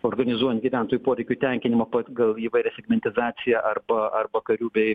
organizuojant gyventojų poreikių tenkinimą pagal įvairią segmentizaciją arba arba karių bei